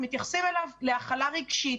מתייחסים להכלה רגשית.